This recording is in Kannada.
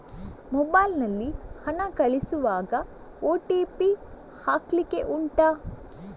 ಮೊಬೈಲ್ ನಲ್ಲಿ ಹಣ ಕಳಿಸುವಾಗ ಓ.ಟಿ.ಪಿ ಹಾಕ್ಲಿಕ್ಕೆ ಉಂಟಾ